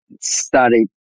study